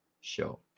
show